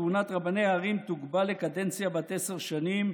כהונת רבני הערים תוגבל לקדנציה בת עשר שנים,